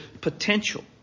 potential